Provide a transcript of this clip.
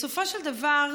בסופו של דבר,